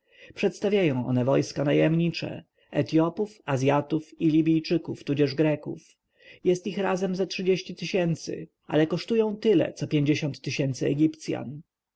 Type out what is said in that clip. przedstawiają one wojska najemnicze etjopów azjatów i libijczyków tudzież greków jest ich razem ze trzydzieści tysięcy ale kosztują tyle co pięćdziesiąt tysięcy